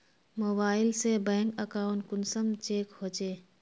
Mobile से bank account कुंसम check होचे?